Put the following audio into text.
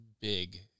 big